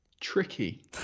Tricky